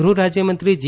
ગૃહ રાજયમંત્રી જી